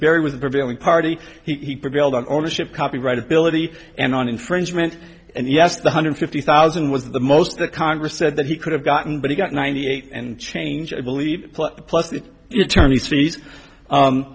barry was the prevailing party he prevailed on ownership copyright ability and on infringement and yes the hundred fifty thousand was the most that congress said that he could have gotten but he got ninety eight and change i believe plus plus the attorney